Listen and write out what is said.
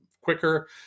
quicker